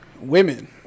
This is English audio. Women